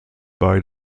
bei